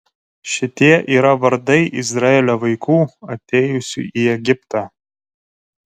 šitie yra vardai izraelio vaikų atėjusių į egiptą